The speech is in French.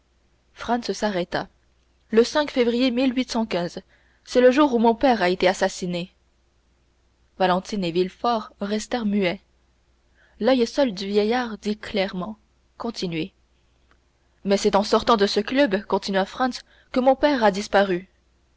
s'arrêta le février c'est le jour où mon père a été assassiné valentine et villefort restèrent muets l'oeil seul du vieillard dit clairement continuez mais c'est en sortant de ce club continua franz que mon père a disparu